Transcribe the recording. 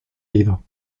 herido